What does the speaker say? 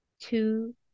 Two